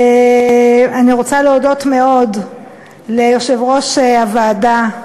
אני רוצה להודות מאוד ליושב-ראש הוועדה,